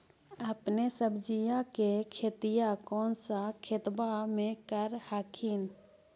अपने सब्जिया के खेतिया कौन सा खेतबा मे कर हखिन?